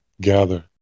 gather